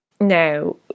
Now